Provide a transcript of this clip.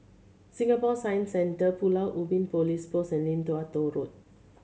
Singapore Science Centre Pulau Ubin Police Post and Lim Tua Tow Road